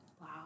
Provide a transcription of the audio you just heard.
Wow